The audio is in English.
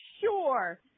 Sure